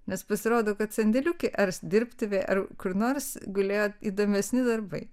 nes pasirodo kad sandėliuke ar dirbtuvėje ar kur nors gulėjo įdomesni darbai